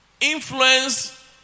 Influence